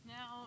Now